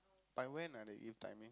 by when ah they give timing